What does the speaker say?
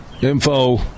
Info